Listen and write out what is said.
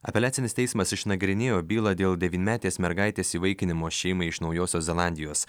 apeliacinis teismas išnagrinėjo bylą dėl devynmetės mergaitės įvaikinimo šeimai iš naujosios zelandijos